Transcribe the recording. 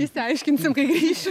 išsiaiškinsim kai grįšim